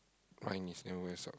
mine is never wear socks